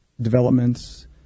developments